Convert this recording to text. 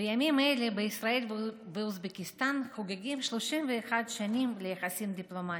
בימים אלה בישראל ובאוזבקיסטן חוגגים 31 שנים ליחסים הדיפלומטיים.